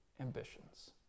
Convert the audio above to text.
ambitions